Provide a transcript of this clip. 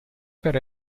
per